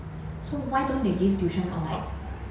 so why don't they give tuition on like